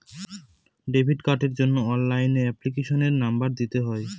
credit কার্ডের জন্য অনলাইনে এপ্লিকেশনের নম্বর দিতে হয়